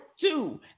two